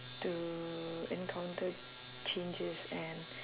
to encounter changes and